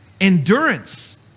endurance